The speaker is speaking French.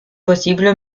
possible